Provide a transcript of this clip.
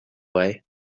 way